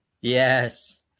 Yes